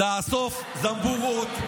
תאסוף זמבורות,